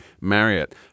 Marriott